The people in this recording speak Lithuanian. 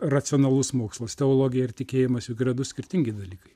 racionalus mokslas teologija ir tikėjimas juk yra du skirtingi dalykai